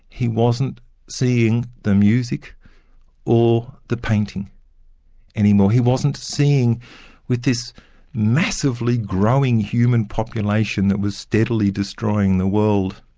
he wasn't seeing the music or the painting any more. he wasn't seeing with this massively growing human population that was steadily destroying the world,